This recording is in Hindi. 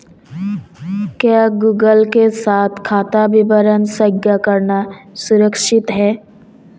क्या गूगल के साथ खाता विवरण साझा करना सुरक्षित है?